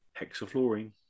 Hexafluorine